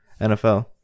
NFL